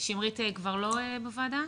שמרית כבר לא בוועדה?